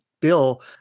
bill